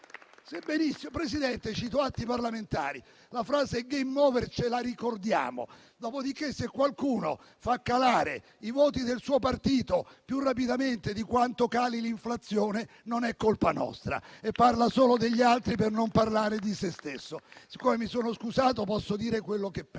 Presidente, cito atti parlamentari; l'espressione *game over* ce la ricordiamo. Dopodiché, se qualcuno fa calare i voti del suo partito più rapidamente di quanto cali l'inflazione, non è colpa nostra. E parla solo degli altri, per non parlare di se stesso. Siccome mi sono scusato, posso dire quello che penso.